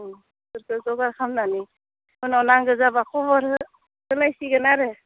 ओं एखो जगार खालामनानै उनाव नांगो जाब्ला खबर होलायसिगोन आरो